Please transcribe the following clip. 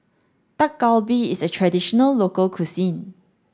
Dak Galbi is a traditional local cuisine